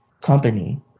company